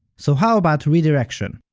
so, how about redirection?